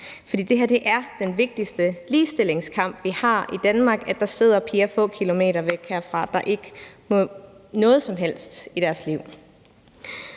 for det her er den vigtigste ligestillingskamp, vi har i Danmark: at der sidder piger få kilometer væk herfra, der ikke må noget som helst i deres liv.